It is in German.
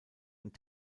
und